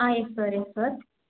ah yes sir yes sir